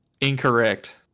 incorrect